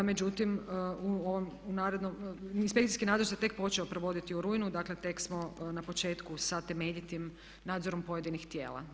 Međutim, inspekcijski nadzor se tek počeo provoditi u rujnu, dakle tek smo na početku sa temeljitim nadzorom pojedinih tijela.